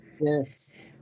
Yes